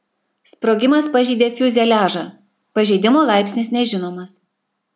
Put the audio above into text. sprogimas pažeidė fiuzeliažą pažeidimo laipsnis nežinomas